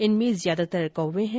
इनमें ज्यादातर कौवे हैं